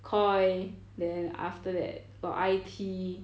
KOI then after that got iTea